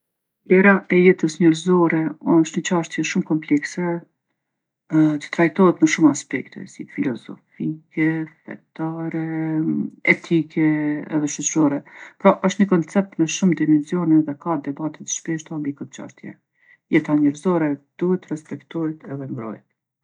Vlera e jetës njerzore osht ni çashtje shumë komplekse që trajtohet në shumë aspekte, si filozofike, fetare etike edhe shoqrore. Pra osht ni koncept me shumë dimenzione dhe ka debate t'shpeshta mbi këtë çashtje. Jeta njerzore duhet t'respektohet edhe mbrohet.